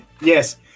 yes